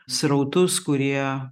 srautus kurie